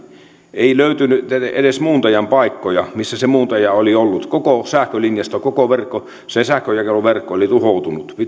ei löytynyt edes muuntajan paikkoja missä se muuntaja oli ollut koko sähkölinjasto koko sähkönjakeluverkko oli tuhoutunut